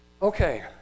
Okay